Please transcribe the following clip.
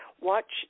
watch